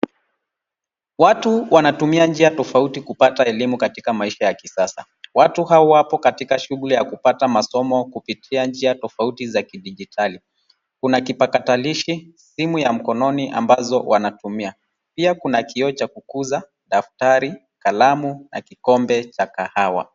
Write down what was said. Watu wanatumia njia tofauti kupata elimu katika maisha ya kisasa. Watu hawa wapo katika shughuli ya kupata masomo kupitia njia tofauti za kijidijitali. Kuna kipakatalishi, simu ya mkononi ambazo wanatumia. Pia kuna kioo cha kukuza daftari ,kalamu na kikombe cha kahawa.